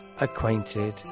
acquainted